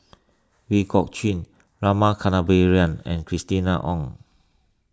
Ooi Kok Chuen Rama Kannabiran and Christina Ong